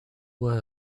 were